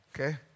Okay